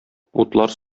утлар